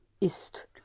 ist